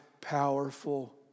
powerful